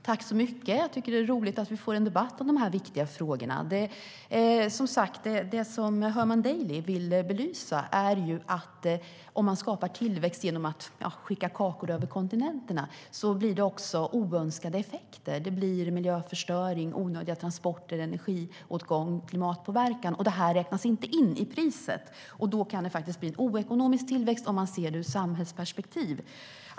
Herr talman! Jag tycker att det är roligt att vi får en debatt om de här viktiga frågorna. Det Herman Daly vill belysa är att det om man skapar tillväxt genom att skicka kakor mellan kontinenterna också blir oönskade effekter. Det blir miljöförstöring, onödiga transporter, energiåtgång och klimatpåverkan, och det räknas inte in i priset. Då kan det faktiskt bli en oekonomisk tillväxt om man ser det ur ett samhällsperspektiv.